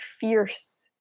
fierce